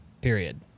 period